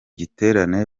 giterane